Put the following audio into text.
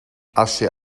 asche